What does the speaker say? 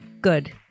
good